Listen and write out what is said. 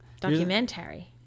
documentary